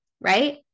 right